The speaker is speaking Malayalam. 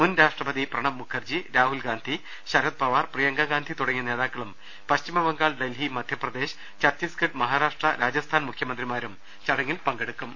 മുൻ രാഷ്ട്രപതി പ്രണബ് മുഖർജി രാഹുൽഗാന്ധി ശരത്പവാർ പ്രിയങ്കാ ഗാന്ധി തുട ങ്ങിയ നേതാക്കളും പശ്ചിമബംഗാൾ ഡൽഹി മധ്യപ്രദേശ് ഛത്തീസ്ഗ ഡ് മഹാരാഷ്ട്ര രാജസ്ഥാൻ മുഖ്യമന്ത്രിമാരും ചടങ്ങിൽ പങ്കെടുക്കും